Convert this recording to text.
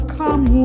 come